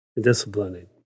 disciplining